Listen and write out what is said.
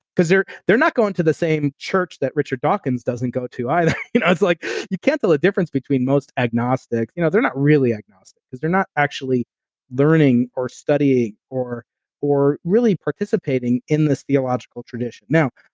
because they're they're not going to the same church that richard dawkins doesn't go to either. you know it's like you can't tell the difference between most agnostic. you know they're not really agnostic because they're not actually learning or studying, or or really participating in this theological tradition now,